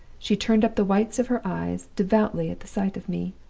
she turned up the whites of her eyes devoutly at the sight of me,